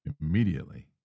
immediately